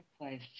place